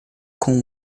com